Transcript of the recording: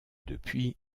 depuis